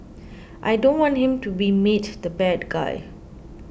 I don't want him to be made the bad guy